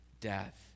death